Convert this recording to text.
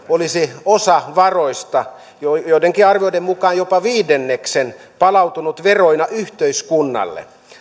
olisi osa varoista joidenkin arvioiden mukaan jopa viidennes palautunut veroina yhteiskunnalle